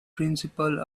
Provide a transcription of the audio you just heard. principle